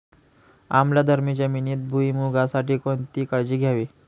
आम्लधर्मी जमिनीत भुईमूगासाठी कोणती काळजी घ्यावी?